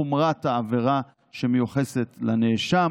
חומרת העבירה שמיוחסת לנאשם